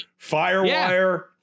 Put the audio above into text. Firewire